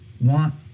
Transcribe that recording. want